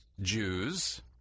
Jews